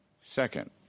Second